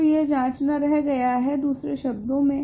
तो यह जाँचना रह गया है दूसरे शब्दों मे